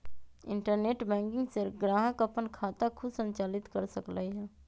internet banking से ग्राहक अप्पन खाता खुद संचालित कर सकलई ह